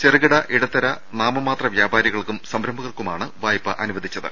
ചെറുകിട ഇടത്തര നാമ മാത്ര വ്യാപാരികൾക്കും സംരംഭകർക്കുമാണ് വായ്പ അനുവദിച്ചത്